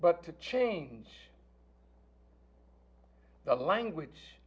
but to change the language